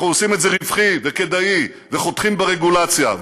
אנחנו עושים את זה רווחי וכדאִי וחותכים ברגולציה.